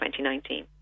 2019